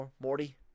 Morty